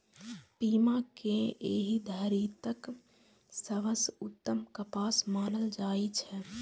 पीमा कें एहि धरतीक सबसं उत्तम कपास मानल जाइ छै